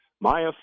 Maya